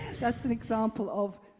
that's an example of